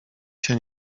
się